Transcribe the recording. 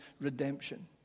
redemption